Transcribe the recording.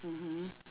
mmhmm